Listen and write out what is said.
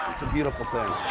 it's a beautiful thing.